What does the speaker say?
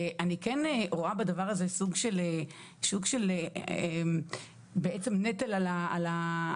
אני כן רואה בדבר הזה סוג של נטל על הציבור.